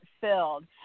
filled